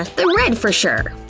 the red for sure.